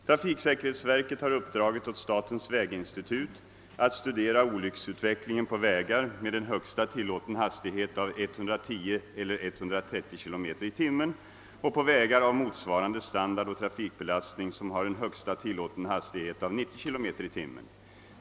Trafiksäkerhetsverket har uppdragit åt statens väginstitut att studera olycksutvecklingen på vägar med en högsta tillåten hastighet av 110 eller 130 km i timmen och på vägar av motsvarande standard och trafikbelastning som har en högsta tillåten hastighet av 90 km i timmen.